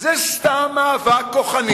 זה סתם מאבק כוחני